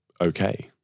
okay